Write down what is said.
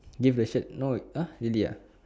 give the sad note uh really ya